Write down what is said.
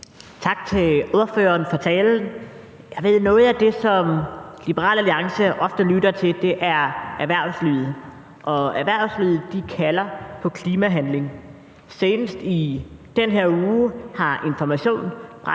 Tak til ordføreren for talen. Jeg ved, at noget af det, som Liberal Alliance ofte lytter til, er erhvervslivet, og erhvervslivet kalder på klimahandling. Senest i den her uge har Information